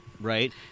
right